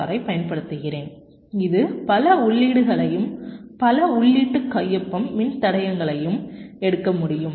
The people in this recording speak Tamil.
ஆரைப் பயன்படுத்துகிறேன் இது பல உள்ளீடுகளையும் பல உள்ளீட்டு கையொப்பம் மின்தடையங்களையும் எடுக்க முடியும்